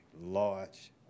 large